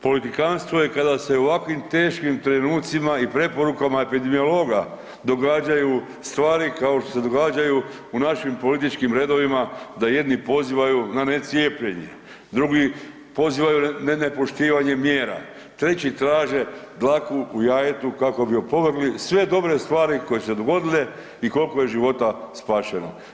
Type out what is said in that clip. Politikanstvo je kada se u ovakvim teškim trenucima i preporukama epidemiologa događaju stvari kao što se događaju u našim političkim redovima da jedni pozivaju na ne cijepljenje, drugi pozivaju na nepoštivanje mjera, treći traže dlaku u jajetu kako bi opovrgli sve dobre stvari koje su se dogodile i koliko je života spašeno.